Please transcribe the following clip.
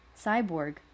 Cyborg